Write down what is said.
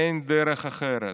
אין דרך אחרת.